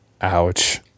Ouch